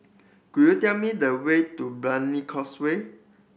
could you tell me the way to Brani Causeway